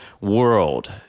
world